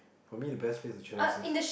for me the best place to chillax is